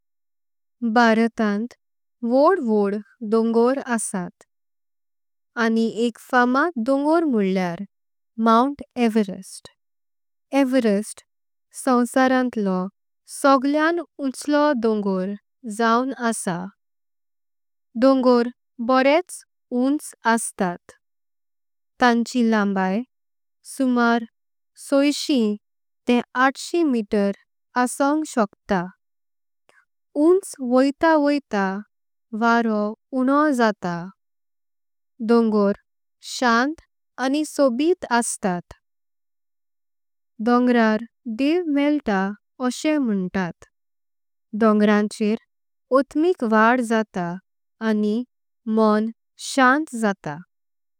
भारतांतं वड्ड वड्ड डोंगर आसत आणि एक फामद। डोंगर म्होळ्ल्यार माउंट एव्हरेस्ट एव्हरेस्ट। सोँवसारांतलो सगळेच उँचलों डोंगर जाऊं आसा। डोंगर बोरेंच उँच आस्तत तांचीं लंबाई सुमार सष्ठी। ते आठ्शी मीटर आंस्क शकता उँच वायतां वायतां। वारूं उण्नो जातां डोंगर शांन्त आनी सोबीत आस्तत। डोंगरार देव मळता एकें म्होंतांत डोंगरांचेर। आत्मिक वा़द जाता आनी मों शांन्त जाता।